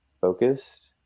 focused